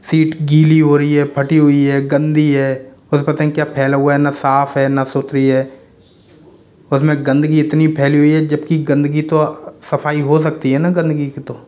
seat गीली हो रही है फटी हुई है गंदी है और उसपे पता नहीं क्या फैला हुआ है न साफ़ है न सुथरी है उसमें गंदगी इतनी फैली हुई है जबकी गंदगी तो सफाई हो सकती है न गंदगी की तो